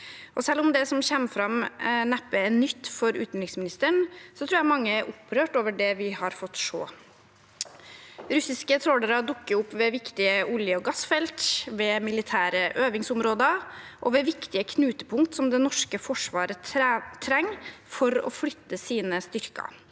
Selv om det som kommer fram, neppe er nytt for utenriksministeren, tror jeg mange er opprørt over det de har fått se. Russiske trålere dukker opp ved viktige olje- og gassfelter, ved militære øvingsområder og ved viktige knutepunkter som det norske forsvaret trenger for å flytte sine styrker.